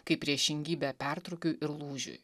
kaip priešingybę pertrūkiui ir lūžiui